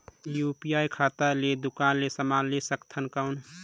UPI खाता ले दुकान ले समान ले सकथन कौन?